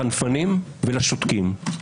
לחנפנים ולשותקים.